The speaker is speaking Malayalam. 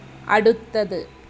അടുത്തത്